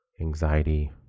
anxiety